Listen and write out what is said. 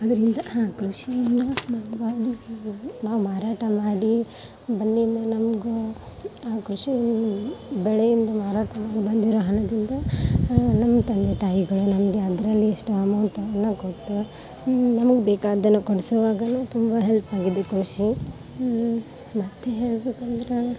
ಅದರಿಂದ ಹಾಂ ಕೃಷಿಯಿಂದ ನಾವು ಮಾಡಿ ನಾವು ಮಾರಾಟ ಮಾಡಿ ಬಂದಿದ್ದನ್ನು ನಮಗೂ ಆ ಕೃಷಿ ಬೆಳೆಯಿಂದ ಮಾರಾಟ ಮಾಡಿ ಬಂದಿರೋ ಹಣದಿಂದ ನಮ್ಮ ತಂದೆ ತಾಯಿಗಳು ನಮಗೆ ಅದರಲ್ಲಿ ಇಷ್ಟು ಅಮೌಂಟನ್ನು ಕೊಟ್ಟು ನಮ್ಗೆ ಬೇಕಾದ್ದನ್ನು ಕೊಡ್ಸುವಾಗಲೂ ತುಂಬ ಹೆಲ್ಪ್ ಆಗಿದೆ ಕೃಷಿ ಮತ್ತು ಹೇಳ್ಬೇಕಂದ್ರೆ